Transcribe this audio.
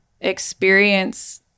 experience